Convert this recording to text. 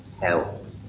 help